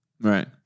Right